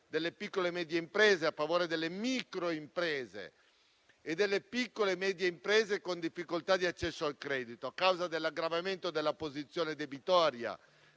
delle piccole e medie imprese, a favore delle microimprese e delle piccole e medie imprese con difficoltà di accesso al credito a causa dell'aggravamento della posizione debitoria